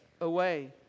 away